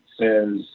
says